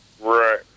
Right